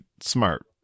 smart